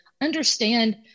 understand